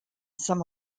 some